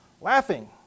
laughing